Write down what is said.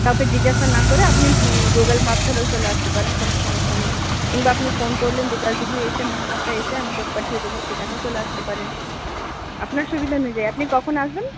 কাউকে জিজ্ঞাসা না করে আপনি গুগুল ম্যাপ ধরেও চলে আসতে পারেন কোনও সমস্যা নেই কিম্বা আপনি ফোন করলেন দুর্গা দিঘি এসে মোড়ের মাথায় এসে আমি লোক পাঠিয়ে দেব সেখানেও চলে আসতে পারেন আপনার সুবিধা অনুযায়ী আপনি কখন আসবেন